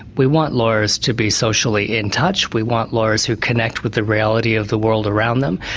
we want lawyers to be socially in touch, we want lawyers who connect with the reality of the world around them.